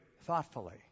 thoughtfully